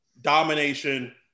domination